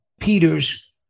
Peter's